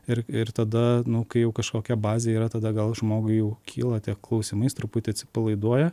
ir ir tada kai jau kažkokia bazė yra tada gal žmogui jau kyla tie klausimai jis truputį atsipalaiduoja